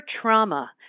trauma